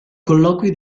colloquio